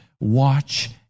watch